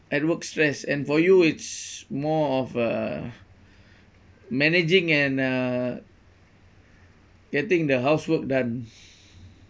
at work stress and for you it's more of uh managing and uh getting the housework done